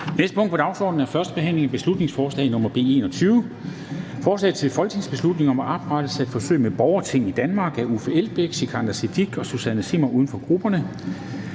næste punkt på dagsordenen er: 5) 1. behandling af beslutningsforslag nr. B 21: Forslag til folketingsbeslutning om oprettelse af forsøg med et borgerting i Danmark. Af Uffe Elbæk (UFG), Sikandar Siddique (UFG) og Susanne Zimmer (UFG). (Fremsættelse